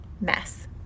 mess